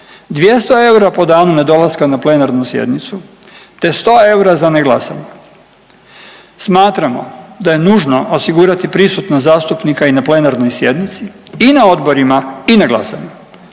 200 eura po danu nedolaska na plenarnu sjednicu te 100 eura za neglasanje. Smatramo da je nužno osigurati prisutnost zastupnika i na plenarnoj sjednici i na odborima i na glasanju.